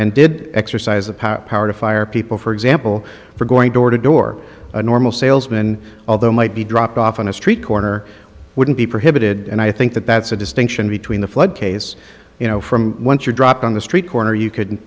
and did exercise the power power to fire people for example for going door to door a normal salesman although might be dropped off on a street corner wouldn't be prohibited and i think that that's a distinction between the flood case you know from whence you dropped on the street corner you could